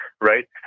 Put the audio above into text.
right